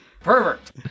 Pervert